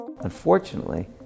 Unfortunately